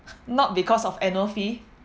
not because of annual fee